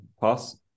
pass